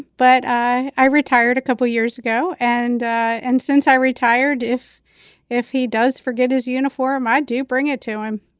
but i i retired a couple years ago. and and since i retired, if if he does forget his uniform, i do bring it to him.